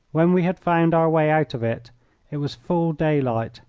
when we had found our way out of it it was full daylight,